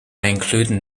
include